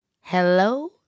Hello